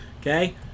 Okay